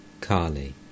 Kali